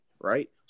Right